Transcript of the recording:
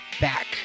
back